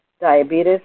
diabetes